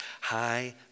high